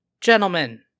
Gentlemen